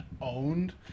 owned